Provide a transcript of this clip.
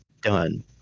done